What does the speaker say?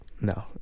no